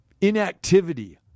inactivity